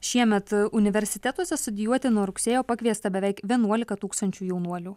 šiemet universitetuose studijuoti nuo rugsėjo pakviesta beveik vienuolika tūkstančių jaunuolių